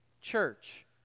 church